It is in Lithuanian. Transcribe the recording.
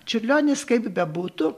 čiurlionis kaip bebūtų